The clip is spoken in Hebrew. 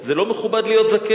זה לא מכובד להיות זקן?